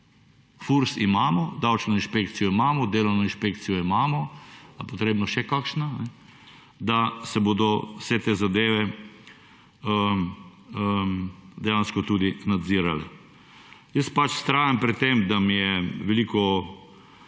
FURS imamo, davčno inšpekcijo imamo, delovno inšpekcijo imamo, a je potrebna še kakšna, da se bodo vse te zadeve dejansko tudi nadzirale. Jaz pač vztrajam pri tem, da mi je veliko